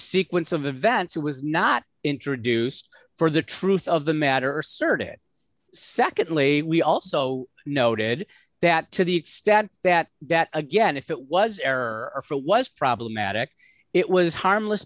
sequence of events it was not introduced for the truth of the matter asserted secondly we also noted that to the extent that that again if it was error was problematic it was harmless